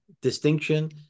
distinction